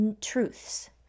truths